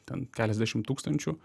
ten keliasdešim tūkstančių